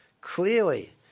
clearly